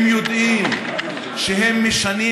הם יודעים שהם משנים,